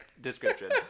description